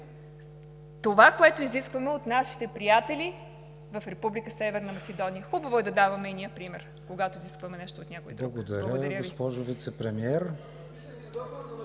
Това, което изискваме от нашите приятели в Република Северна Македония. Хубаво е да даваме и ние пример, когато изискваме нещо от някой друг! ПРЕДСЕДАТЕЛ